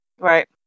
right